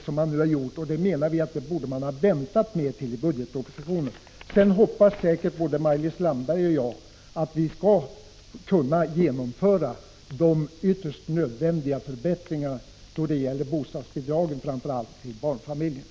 Vi menar att regeringen borde ha väntat med det till dess budgetpropositionen läggs fram. Maj-Lis Landberg hoppas säkert liksom jag att vi skall lyckas genomföra de ytterst nödvändiga förbättringarna när det gäller bostadsbidragen, framför allt för barnfamiljerna.